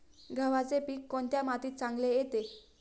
गव्हाचे पीक कोणत्या मातीत चांगले येते?